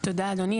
תודה אדוני,